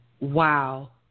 Wow